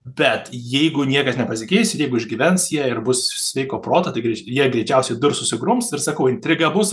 bet jeigu niekas nepasikeis jeigu išgyvens jie ir bus sveiko proto tai greič jie greičiausiai durs susigrums ir sakau intriga bus